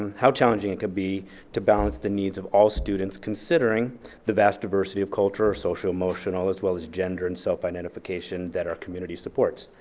and how challenging it could be to balance the needs of all students considering the vast diversity of cultural, social, emotional, as well as gender and self identification that our community supports.